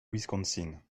wisconsin